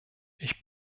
ich